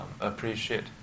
appreciate